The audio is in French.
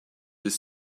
des